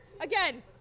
again